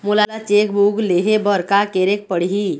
मोला cheque book लेहे बर का केरेक पढ़ही?